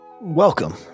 Welcome